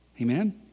Amen